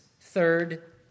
Third